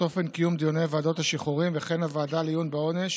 אופן קיום דיוני ועדות השחרורים והוועדה לעיון בעונש